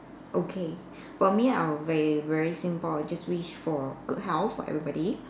okay for me I will be very simple just wish for good health for everybody